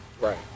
Right